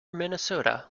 minnesota